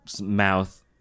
mouth